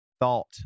thought